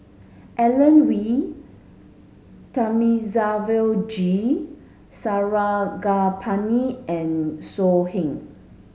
Alan Oei Thamizhavel G Sarangapani and So Heng